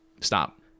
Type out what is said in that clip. stop